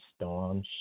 storm